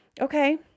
Okay